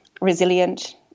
resilient